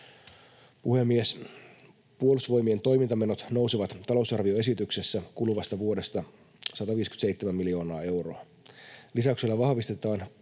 Puhemies! Puolustusvoimien toimintamenot nousevat talousarvioesityksessä kuluvasta vuodesta 157 miljoonaa euroa. Lisäyksellä vahvistetaan